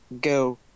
go